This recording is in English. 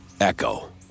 Echo